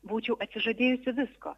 būčiau atsižadėjusi visko